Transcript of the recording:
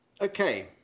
Okay